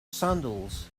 sandals